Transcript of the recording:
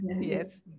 yes